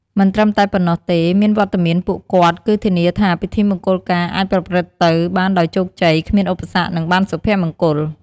មិនត្រឹមតែប៉ុណ្ណោះទេ មានវត្តមានពួកគាត់ គឺធានាថាពិធីមង្គលការអាចប្រព្រឹត្តទៅបានដោយជោគជ័យ គ្មានឧបសគ្គ និងបានសុភមង្គល។